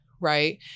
right